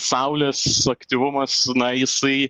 saulės aktyvumas na jisai